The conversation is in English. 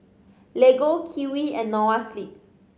Lego Kiwi and Noa Sleep